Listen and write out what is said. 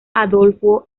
adolfo